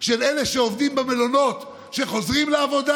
של אלה שעובדים במלונות וחוזרים לעבודה